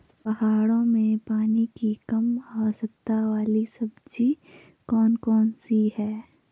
पहाड़ों में पानी की कम आवश्यकता वाली सब्जी कौन कौन सी हैं?